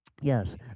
Yes